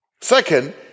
Second